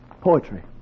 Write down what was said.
Poetry